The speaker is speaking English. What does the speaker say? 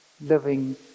living